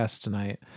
tonight